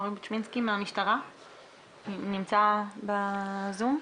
עו"ד אורי בוצ'מינסקי מהמשטרה נמצא בזום?